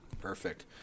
Perfect